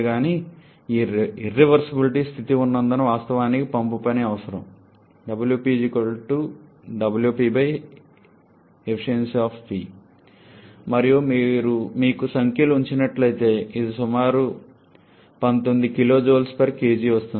కానీ ఇర్రివర్సబులిటీ స్థితి ఉన్నందున వాస్తవానికి పంపు పని అవసరం మరియు మీకు సంఖ్యలను ఉంచినట్లయితే ఇది సుమారుగా 19 kJkg వస్తుంది